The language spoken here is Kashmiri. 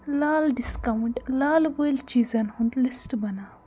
لال ڈِسکاوُنٛٹ لالہٕ وٲلۍ چیٖزن ہُنٛد لِسٹ بناو